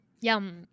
Yum